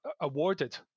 awarded